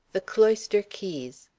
the cloister keys.